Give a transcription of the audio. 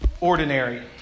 Ordinary